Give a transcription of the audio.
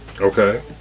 okay